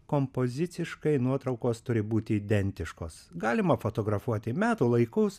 kompoziciškai nuotraukos turi būti identiškos galima fotografuoti metų laikus